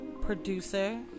producer